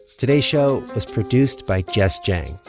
today's show is produced by jess jiang,